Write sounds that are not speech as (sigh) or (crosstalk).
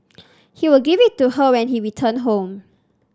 (noise) he would give it to her when he returned home